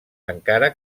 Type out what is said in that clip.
encara